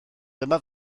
dyma